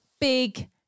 Big